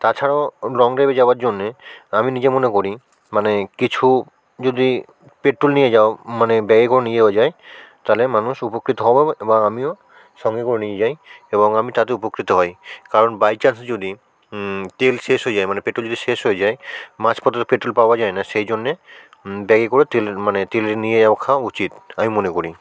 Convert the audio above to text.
তাছাড়াও লং ড্রাইভে যাওয়ার জন্যে আমি নিজে মনে করি মানে কিছু যদি পেট্রোল নিয়ে যাও মানে ব্যাগে করে নিয়ে যাওয়া যায় তাহলে মানুষ উপকৃত হবে বা বা আমিও সঙ্গে করে নিয়ে যাই এবং আমি তাতে উপকৃত হই কারণ বাই চান্স যদি তেল শেষ হয়ে যায় মানে পেট্রোল যদি শেষ হয়ে যায় মাঝ পথে তো পেট্রোল পাওয়া যায় না সেই জন্যে ব্যাগে করে তেল মানে তেল নিয়ে ওঁখা উচিত আমি মনে করি